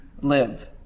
live